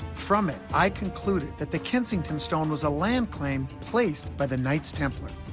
from it, i concluded that the kensington stone was a land claim placed by the knights templar.